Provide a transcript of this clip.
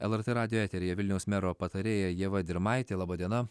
lrt radijo eteryje vilniaus mero patarėja ieva dirmaitė laba diena